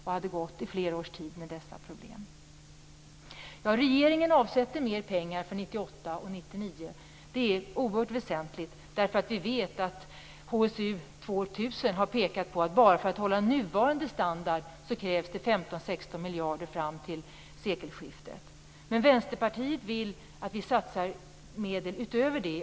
Då hade hon gått i flera års tid med dessa problem. Regeringen avsätter mer pengar för 1998 och 1999. Det är oerhört väsentligt. Vi vet att HSU 2000 har pekat på att för att hålla nuvarande standard krävs det 15, 16 miljarder fram till sekelskiftet. Vänsterpartiet vill att vi satsar medel utöver det.